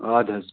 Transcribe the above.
اَدٕ حظ